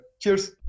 Cheers